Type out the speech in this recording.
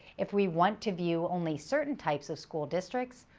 if we want to view only certain types of school districts,